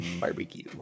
barbecue